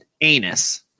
anus